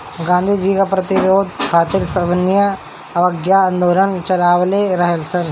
गांधी जी कर प्रतिरोध खातिर सविनय अवज्ञा आन्दोलन चालवले रहलन